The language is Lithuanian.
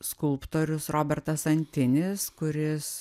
skulptorius robertas antinis kuris